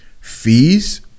fees